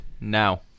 now